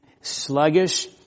sluggish